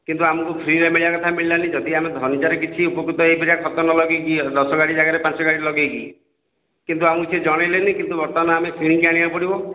କିନ୍ତୁ ଆମକୁ ଫ୍ରିରେ ମିଳିବା କଥା ମିଳିଲାନି ଯଦି ଆମେ ଧନୀଚାରେ କିଛି ଉପକୃତ ହୋଇପାରିବା ଖତ ନଲଗେଇକି ଦଶ ଗାଡ଼ି ଜାଗାରେ ପାଞ୍ଚ ଲଗେଇକି କିନ୍ତୁ ଆମକୁ ସେ ଜଣେଇଲେନି କିନ୍ତୁ ବର୍ତ୍ତମାନ ଆମକୁ କିଣିକି ଆଣିବାକୁ ପଡ଼ିବ